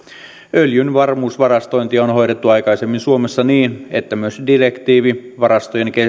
öljyn varmuusvarastointi on on hoidettu aikaisemmin suomessa niin että myös direktiivin varastojen